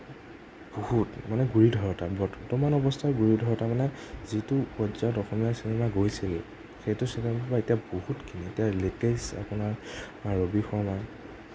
বহুত মানে গুৰি ধৰোঁতা বৰ্তমান অৱস্থাৰ গুৰি ধৰোঁতা মানে যিটো পৰ্য্য়ায়ত অসমীয়া চিনেমা গৈছেগে সেইটো চিনেমাৰ পৰা এতিয়া বহুতখিনি এতিয়া লেটেষ্ট আপোনাৰ ৰবি শৰ্মাৰ